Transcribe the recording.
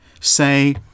Say